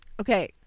Okay